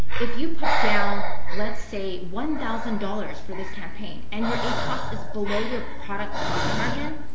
if you put down, let's say one thousand dollars for this campaign and your acos is below your product profit margin,